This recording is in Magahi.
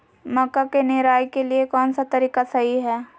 मक्का के निराई के लिए कौन सा तरीका सही है?